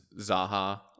Zaha